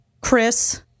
Chris